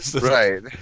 Right